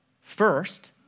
first